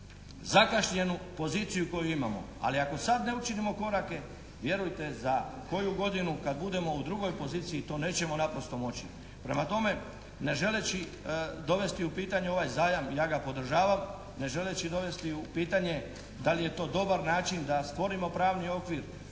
zakašnjelu poziciju koju imamo, ali ako sad ne učinimo korake vjerujte za koju godinu kad budemo u drugoj poziciji to nećemo naprosto moći. Prema tome, ne želeći dovesti u pitanje ovaj zajam ja ga podržavam, ne želeći dovesti u pitanje da li je to dobar način da stvorimo pravni okvir,